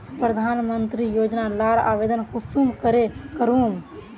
प्रधानमंत्री योजना लार आवेदन कुंसम करे करूम?